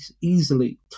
easily